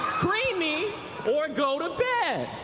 creamy or go to bed.